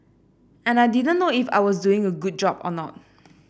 and I didn't know if I was doing a good job or not